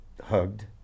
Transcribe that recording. hugged